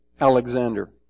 Alexander